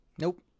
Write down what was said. Nope